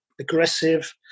Aggressive